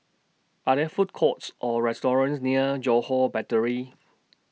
Are There Food Courts Or restaurants near Johore Battery